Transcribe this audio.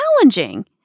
challenging